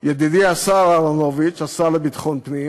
ידידי השר אהרונוביץ, השר לביטחון פנים,